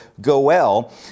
goel